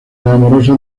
amorosa